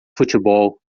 futebol